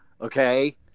Okay